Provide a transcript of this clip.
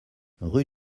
rue